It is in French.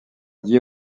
lié